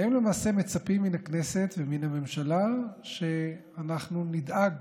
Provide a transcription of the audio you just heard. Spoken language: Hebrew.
והם למעשה מצפים מן הכנסת ומן הממשלה שאנחנו נדאג